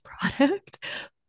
product